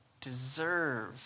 deserve